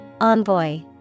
Envoy